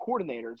coordinators